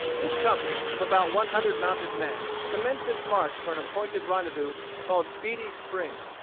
this company, of about one hundred mounted men, commenced its march for an appointed rendezvous called beatty's spring.